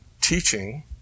teaching